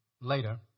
later